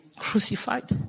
crucified